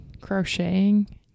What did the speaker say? Crocheting